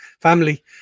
family